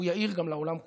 הוא יאיר גם לעולם כולו.